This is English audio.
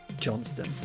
Johnston